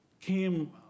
came